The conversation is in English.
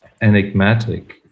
enigmatic